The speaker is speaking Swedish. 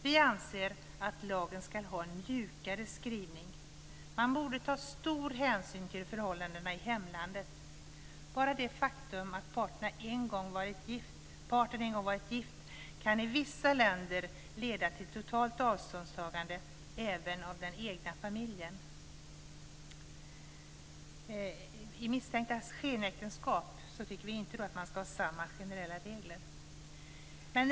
Vi anser att lagen ska ha en mjukare skrivning. Man borde ta stor hänsyn till förhållandena i hemlandet. Bara det faktum att parten en gång varit gift kan i vissa länder leda till totalt avståndstagande även av den egna familjen. När det gäller misstänkta skenäktenskap tycker vi inte att man ska ha samma generella regler.